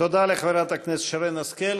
תודה לחברת הכנסת שרן השכל.